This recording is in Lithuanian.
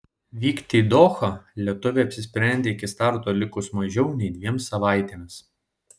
vykti į dohą lietuvė apsisprendė iki starto likus mažiau nei dviem savaitėms